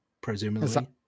presumably